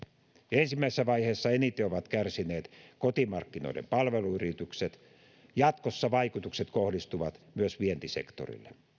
ensimmäisessä vaiheessa eniten ovat kärsineet kotimarkkinoiden palveluyritykset ja jatkossa vaikutukset kohdistuvat myös vientisektorille